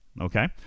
Okay